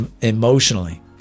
emotionally